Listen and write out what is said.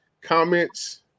comments